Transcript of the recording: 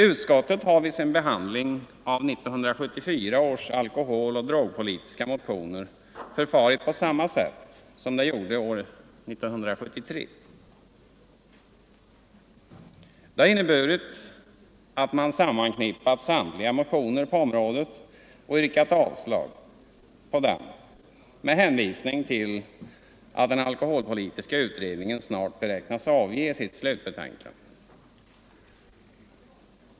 Utskottet har vid sin behandling av 1974 års alkoholoch drogpolitiska motioner förfarit på samma sätt som det gjorde år 1973. Det har inneburit att man sammanknippat samtliga motioner på området och yrkat avslag på dem med hänvisning till att den alkoholpolitiska utredningen snart beräknas avge sitt slutbetänkande.